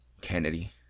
Kennedy